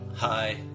Hi